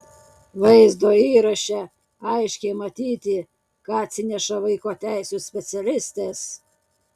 vaizdo įraše aiškiai matyti ką atsineša vaiko teisių specialistės